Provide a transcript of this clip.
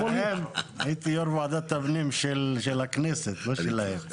הייתי יו"ר ועדת הפנים של הכנסת, לא שלהם.